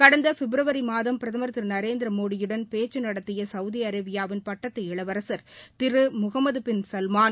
கடந்த பிப்ரவரி மாதம் பிரதமர் திரு நரேந்திர மோடியுடன் பேச்சு நடத்திய சவுதி அரேபியாவின் பட்டத்து இளவரச் திரு முகமது பின் சல்மான்